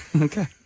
Okay